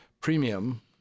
Premium